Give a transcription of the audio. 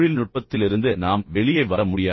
தொழில்நுட்பத்திலிருந்து நாம் வெளியே வர முடியாது